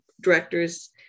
directors